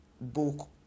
book